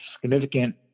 significant